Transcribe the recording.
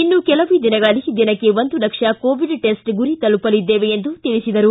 ಇನ್ನು ಕೆಲವೇ ದಿನಗಳಲ್ಲಿ ದಿನಕ್ಕೆ ಲಕ್ಷ ಕೋವಿಡ್ ಟೆಸ್ಟ್ ಗುರಿ ತಲುಪಲಿದ್ದೇವೆ ಎಂದು ತಿಳಿಸಿದರು